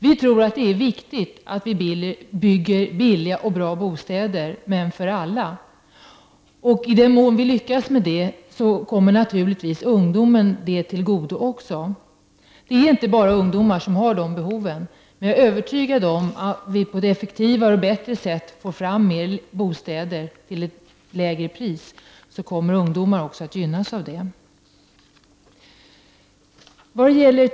Vi tycker att det är viktigt att man bygger billiga och bra bostäder för alla. I den mån man lyckas med det kommer det naturligtvis också ungdomar till godo. Det är inte bara ungdomar som har bostadsbehov. Jag är övertygad om att om man på ett effektivare och bättre sätt kan få fram fler bostäder till ett lägre pris, kommer ungdomar också att gynnas av det.